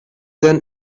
then